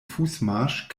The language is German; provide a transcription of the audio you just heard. fußmarsch